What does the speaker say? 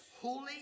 holy